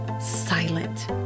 silent